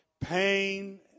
pain